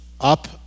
up